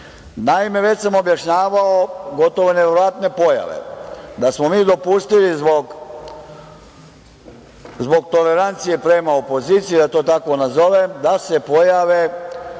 liste. Naime, već sam objašnjavao neverovatne pojave da smo mi dopustili zbog tolerancije prema opoziciji, da to tako nazovem, da se pojave